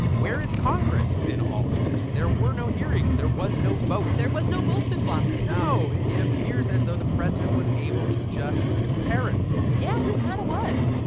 where is congress in all of this? there were no hearings. there was no vote there was no goldfish lobby no. it appears as though the president was able to just tariff yeah. he kind of was.